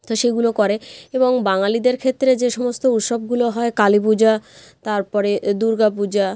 তো সেগুলো করে এবং বাঙালিদের ক্ষেত্রে যে সমস্ত উৎসবগুলো হয় কালী পূজা তারপরে দুর্গা পূজা